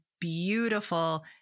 beautiful